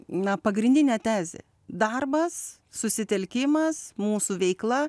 na pagrindinė tezė darbas susitelkimas mūsų veikla